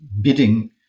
bidding